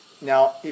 Now